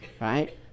Right